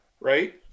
right